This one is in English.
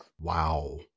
Wow